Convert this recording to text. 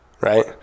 right